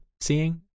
seeing